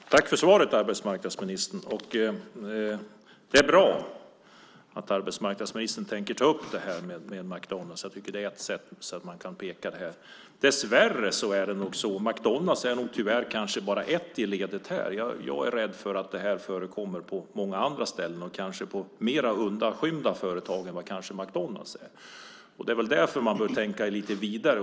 Herr talman! Tack för svaret, arbetsmarknadsministern! Det är bra att arbetsmarknadsministern tänker ta upp detta med McDonalds. Dessvärre är kanske McDonalds bara ett av företagen i ledet. Jag är rädd för att detta förekommer på många andra ställen, på mer undanskymda företag. Det är därför man bör tänka lite vidare.